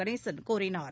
கணேசன் கூறினார்